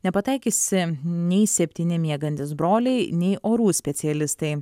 nepataikysi nei septyni miegantys broliai nei orų specialistai